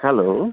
हालो आ